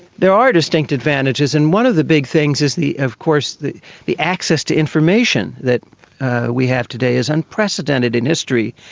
there are distinct advantages, and one of the big things is of course the the access to information that we have today is unprecedented in history.